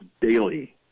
daily